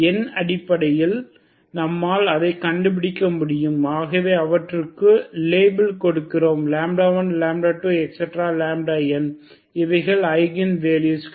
எண் அடிப்படையில் நம்மால் அதை கண்டுபிடிக்க முடியும் ஆகவே அவற்றுக்கு லேபிள் கொடுக்கிறோம் 1 2 3n இவைகள் ஐகன் வேல்யூகள்